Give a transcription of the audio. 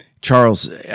Charles